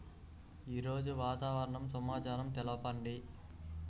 ఈరోజు వాతావరణ సమాచారం తెలుపండి